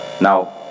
Now